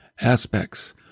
aspects